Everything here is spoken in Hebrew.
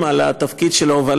חברי הכנסת, ראשית, זהבה,